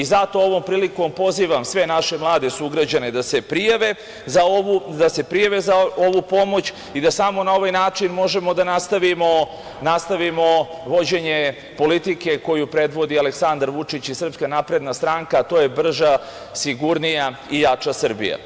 Zato, ovom prilikom pozivam sve naše mlade sugrađane da se prijave za ovu pomoć i da samo na ovaj način možemo da nastavimo vođenje politike koju predvodi Aleksandar Vučić i Srpska napredna stranka, a to je brža, sigurnija i jača Srbija.